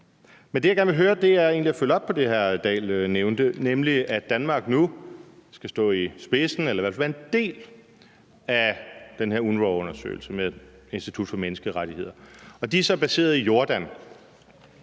jeg egentlig gerne vil høre, er i forhold til at følge op på det, som hr. Henrik Dahl nævnte, nemlig at nu skal Danmark stå i spidsen eller i hvert fald være en del af den her UNRWA-undersøgelse med Institut for Menneskerettigheder, og den er så baseret i Jordan.